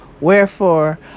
Wherefore